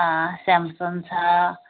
Samsung छ